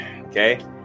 okay